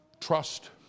Trust